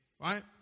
right